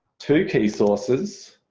two key sources,